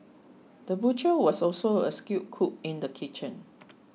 the butcher was also a skilled cook in the kitchen